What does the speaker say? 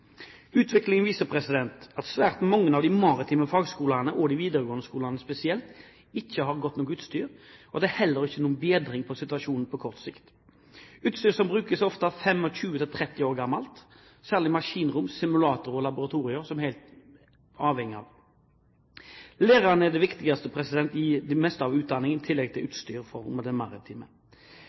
Utviklingen viser at svært mange av de maritime fagskolene, og de videregående skolene spesielt, ikke har godt nok utstyr, og at det heller ikke vil bli noen bedring av situasjonen på kort sikt. Utstyr som brukes, er ofte 25–30 år gammelt, særlig maskinrom, simulatorer og laboratorier, som vi er helt avhengig av. Læreren er det viktigste i det meste av utdanningen, i tillegg til maritimt utstyr. Det er behov for